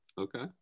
okay